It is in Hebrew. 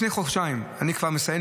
אני כבר מסיים.